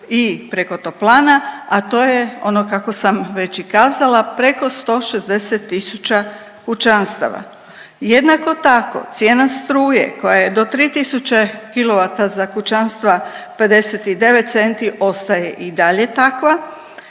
i preko toplana, a to je ono kako sam već i kazala, preko 160 tisuća kućanstava. Jednako tako, cijena struje koja je do 3000 kW za kućanstva, 59 centi ostaje i dalje takva